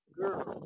girl